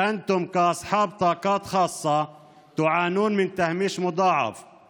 אתם כבעלי יכולות מיוחדות סובלים מהזנחה כפולה.